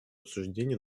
обсуждений